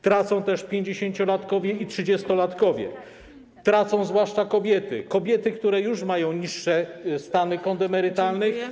Tracą też pięćdziesięciolatkowie i trzydziestolatkowie, tracą zwłaszcza kobiety, kobiety, które już mają niższe stany kont emerytalnych.